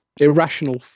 irrational